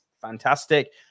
fantastic